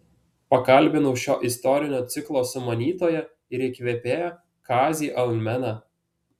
pakalbinau šio istorinio ciklo sumanytoją ir įkvėpėją kazį almeną